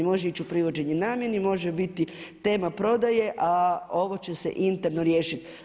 Može ići u privođenje namjeni, može biti tema prodaje, a ovo će se interno riješiti.